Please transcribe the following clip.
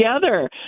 together